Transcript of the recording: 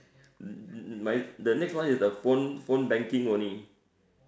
mine the next one is the phone phone banking only